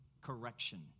correction